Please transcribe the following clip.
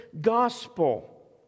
gospel